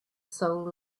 soul